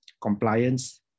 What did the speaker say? compliance